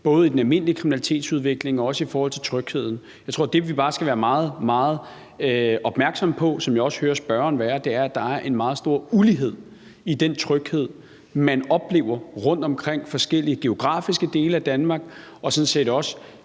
både i den almindelige kriminalitetsudvikling og også i forhold til trygheden. Jeg tror, at det, vi bare skal være meget, meget opmærksomme på – som jeg også hører spørgeren være – er, at der er en meget stor ulighed i den tryghed, man oplever rundtomkring i forskellige geografiske dele af Danmark og sådan set også